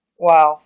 Wow